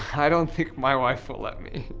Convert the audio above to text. i don't think my wife will let me.